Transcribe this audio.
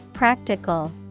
Practical